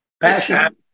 Passion